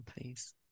please